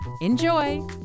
Enjoy